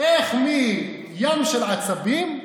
איך מים של עצבים,